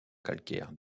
calcaire